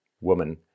woman